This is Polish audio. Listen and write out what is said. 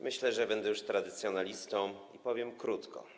Myślę, że będę już tradycjonalistą i powiem krótko.